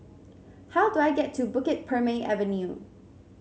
how do I get to Bukit Purmei Avenue